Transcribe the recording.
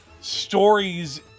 stories